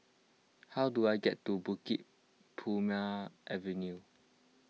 how do I get to Bukit Purmei Avenue